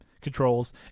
controls